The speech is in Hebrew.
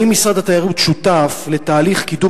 האם משרד התיירות שותף לתהליך קידום